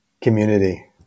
Community